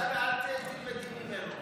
צגה, אל תלמדי ממנו,